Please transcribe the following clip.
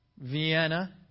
Vienna